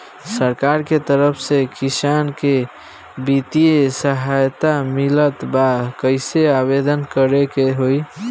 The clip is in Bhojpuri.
सरकार के तरफ से किसान के बितिय सहायता मिलत बा कइसे आवेदन करे के होई?